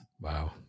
Wow